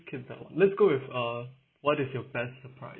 can tell ah let's go with uh what is your best surprise